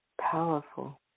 Powerful